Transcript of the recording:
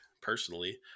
personally